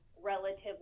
relatively